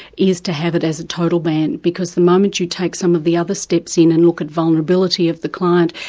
is to have it as a total ban, because the moment you take some of the other steps in and look at the vulnerability of the client,